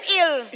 ill